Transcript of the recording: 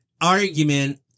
argument